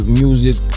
music